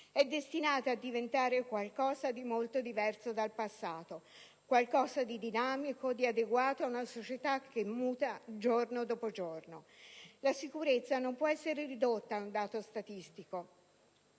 è destinata a diventare qualcosa di molto diverso dal passato, qualcosa di dinamico, di adeguato ad una società che muta giorno dopo giorno. La sicurezza non può essere ridotta ad un dato statistico;